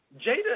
Jada